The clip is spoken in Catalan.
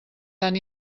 tan